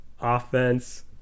offense